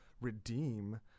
redeem